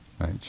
Right